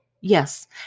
Yes